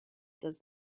does